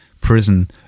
prison